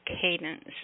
Cadence